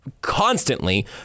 constantly